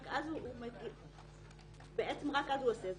ורק אז הוא עושה את זה.